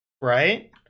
Right